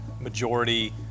majority